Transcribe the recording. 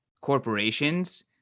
corporations